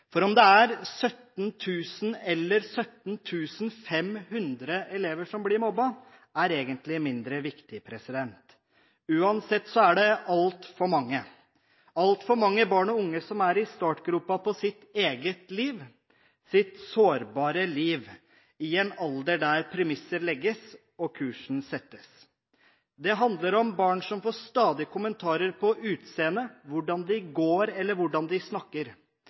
for om det er 17 000 eller 17 500 elever som blir mobbet, er egentlig mindre viktig. Uansett er dette altfor mange barn og unge, som er i startgropen på sitt eget liv – sitt sårbare liv – og i en alder der premisser legges og kursen settes. Det handler om barn som stadig får kommentarer på utseendet, hvordan de går eller hvordan de snakker.